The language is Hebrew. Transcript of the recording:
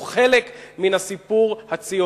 הוא חלק בלתי נפרד מן הסיפור הציוני.